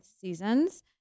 seasons